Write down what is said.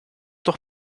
doch